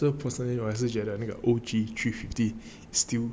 so personally 我还是觉得那个 O_G three fifty still